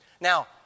Now